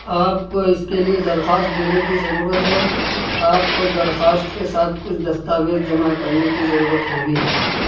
آپ کو اس کے لیے درخواست دینے کی ضرورت ہے آپ کو درخواست کے ساتھ کچھ دستاویز جمع کرنے کی ضرورت ہوگی